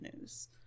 news